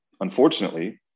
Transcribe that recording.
unfortunately